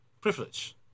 privilege